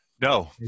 No